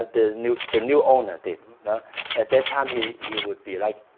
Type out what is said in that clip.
the new the new owner did at that time he he would be like